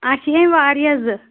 اَسہِ چِھ ہیٚنۍ واریاہ زٕ